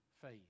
faith